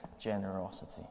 generosity